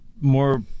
More